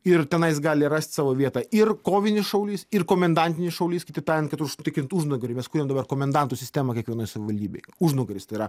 ir tenais gali rast savo vietą ir kovinis šaulys ir komendantinis šaulys kitaip tariant kad užtikrint užnugarį mes kuriam dabar komendantų sistemą kiekvienoje savaldybėj užnugaris tai yra